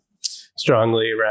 strongly